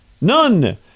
None